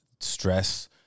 stress